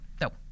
nope